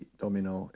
domino